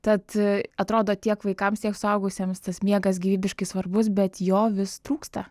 tad atrodo tiek vaikams tiek suaugusiems tas miegas gyvybiškai svarbus bet jo vis trūksta